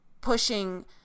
pushing